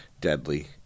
Deadly